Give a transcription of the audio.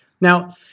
Now